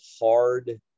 hard